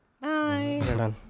bye